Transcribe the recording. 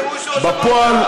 בפועל,